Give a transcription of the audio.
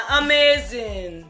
amazing